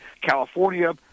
California